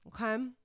Okay